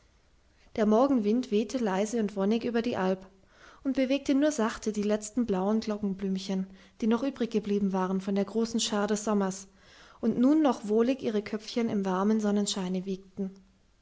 der morgenwind wehte leise und wonnig über die alp und bewegte nur sachte die letzten blauen glockenblümchen die noch übriggeblieben waren von der großen schar des sommers und nun noch wohlig ihre köpfchen im warmen sonnenscheine wiegten